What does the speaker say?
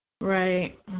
Right